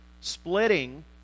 splitting